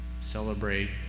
Celebrate